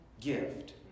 gift